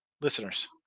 listeners